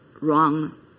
wrong